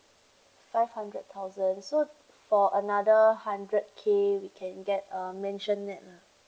five hundred thousand for another hundred K we can get a mansionette ah